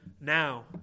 now